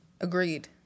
Agreed